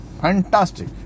fantastic